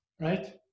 Right